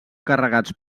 carregats